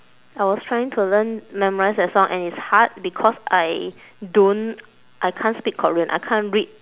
I was trying to learn memorise that song and it's hard because I don't I can't speak korean I can't read